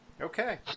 Okay